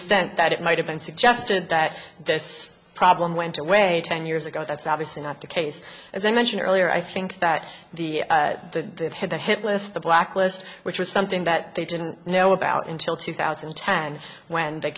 extent that it might have been suggested that this problem went away ten years ago that's obviously not the case as i mentioned earlier i think that the they've had the hitlist the blacklist which was something that they didn't know about until two thousand and ten when the